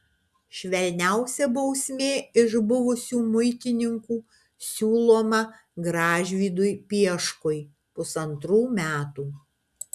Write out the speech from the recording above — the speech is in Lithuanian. švelniausia bausmė iš buvusių muitininkų siūloma gražvydui pieškui pusantrų metų